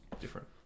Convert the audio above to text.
different